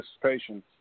participation